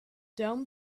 down